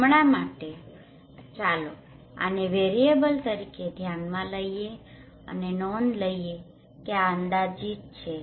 હમણાં માટે ચાલો આને વેરીએબલvariableચલ તરીકે ધ્યાનમાં લઈએ અને નોંધ લઈએ કે આ અંદાજિત છે